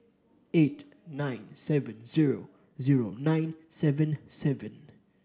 eight nine seven zero zero nine seven seven